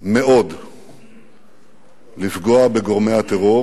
מאוד לפגוע בגורמי הטרור